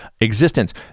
existence